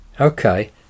Okay